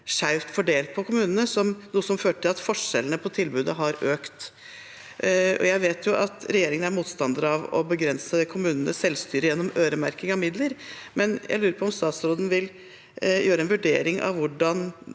skjevt fordelt mellom kommunene, noe som førte til at forskjellene i tilbudet har økt. Jeg vet at regjeringen er motstander av å begrense kommunenes selvstyre gjennom øremerking av midler. Jeg lurer på om statsråden vil gjøre en vurdering av hvordan